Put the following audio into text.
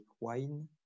wine